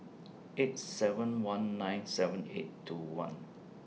eight seven one nine seven eight two nine